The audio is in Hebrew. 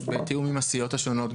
בתיאום עם הסיעות השונות,